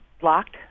blocked